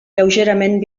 lleugerament